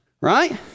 right